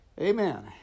amen